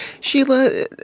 Sheila